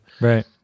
right